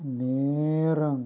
நேரம்